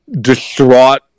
distraught